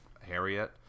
Harriet